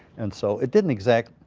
and so it didn't exact,